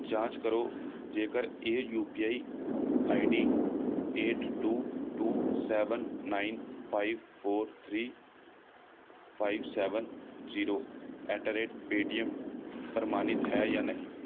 ਜਾਂਚ ਕਰੋ ਜੇਕਰ ਇਹ U P I I D eight two two seven nine five four three five seven zero at the rate Paytm ਪ੍ਰਮਾਣਿਤ ਹੈ ਜਾਂ ਨਹੀਂ ਹੈ